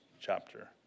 chapter